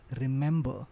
remember